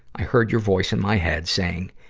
i heard your voice in my head saying,